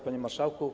Panie Marszałku!